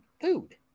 food